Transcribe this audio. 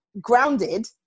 grounded